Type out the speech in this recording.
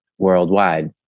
worldwide